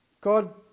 God